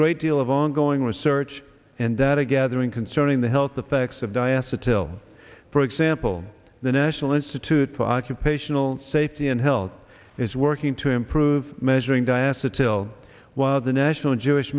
great deal of ongoing research and data gathering concerning the health effects of diasur till for example the national institute for occupational safety and health is working to improve measuring diaster tilled while the national jewish